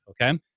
Okay